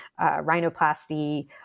rhinoplasty